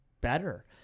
better